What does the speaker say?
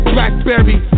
Blackberry